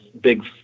big